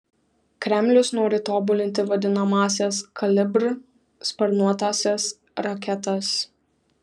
kremlius nori tobulinti vadinamąsias kalibr sparnuotąsias raketas